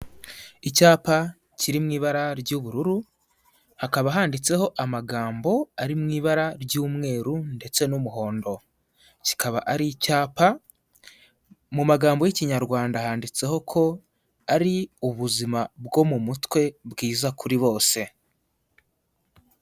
Icyapa kiri mu ibara ry'ubururu, hakaba handitseho amagambo ari mu ibara ry'umweru ndetse n'umuhondo. Kikaba ari icyapa, mu magambo y'ikinyarwanda handitseho ko ari ubuzima bwo mu mutwe bwiza kuri bose.